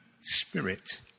Spirit